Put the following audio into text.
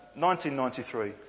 1993